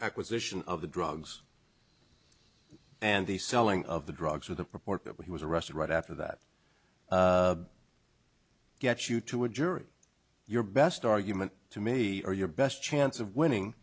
acquisition of the drugs and the selling of the drugs or the purport that he was arrested right after that gets you to a jury your best argument to me or your best chance of winning